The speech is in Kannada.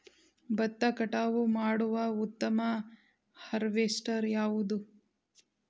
ಭತ್ತ ಕಟಾವು ಮಾಡುವ ಉತ್ತಮ ಹಾರ್ವೇಸ್ಟರ್ ಯಾವುದು?